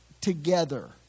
together